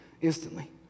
instantly